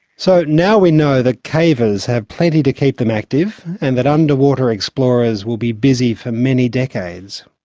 so now we know that cavers have plenty to keep them active and that underwater explorers will be busy for many decades.